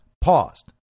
paused